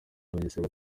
bugesera